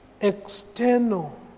external